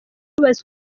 kayonza